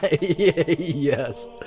Yes